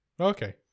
okay